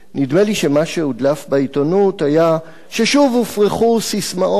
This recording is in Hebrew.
נדמה לי שמה שהודלף בעיתונות היה ששוב הופרחו ססמאות